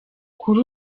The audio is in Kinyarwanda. kuri